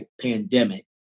pandemic